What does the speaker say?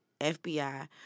FBI